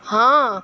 ہاں